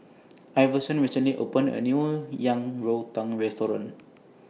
Iverson recently opened A New Yang Rou Tang Restaurant